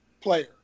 player